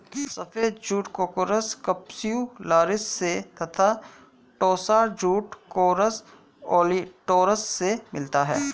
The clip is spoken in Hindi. सफ़ेद जूट कोर्कोरस कप्स्युलारिस से तथा टोस्सा जूट कोर्कोरस ओलिटोरियस से मिलता है